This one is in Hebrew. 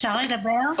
אפשר לדבר?